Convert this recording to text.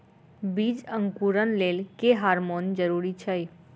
बीज अंकुरण लेल केँ हार्मोन जरूरी छै?